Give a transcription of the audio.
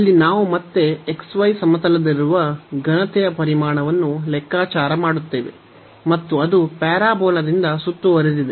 ಅಲ್ಲಿ ನಾವು ಮತ್ತೆ xy ಸಮತಲದಲ್ಲಿರುವ ಘನತೆಯ ಪರಿಮಾಣವನ್ನು ಲೆಕ್ಕಾಚಾರ ಮಾಡುತ್ತೇವೆ ಮತ್ತು ಅದು ಪ್ಯಾರಾಬೋಲಾದಿಂದ ಸುತ್ತುವರೆದಿದೆ